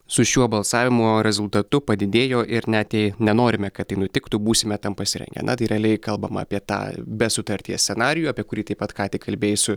su šiuo balsavimo rezultatu padidėjo ir net jei nenorime kad tai nutiktų būsime tam pasirengę na tai realiai kalbama apie tą be sutarties scenarijų apie kurį taip pat ką tik kalbėjai su